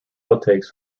outtakes